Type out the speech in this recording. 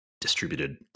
distributed